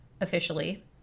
officially